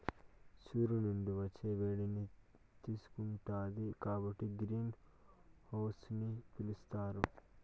సూర్యుని నుండి వచ్చే వేడిని తీసుకుంటాది కాబట్టి గ్రీన్ హౌస్ అని పిలుత్తారు